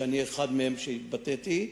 שבאחת מהן אני התבטאתי,